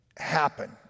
happen